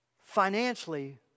financially